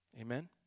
Amen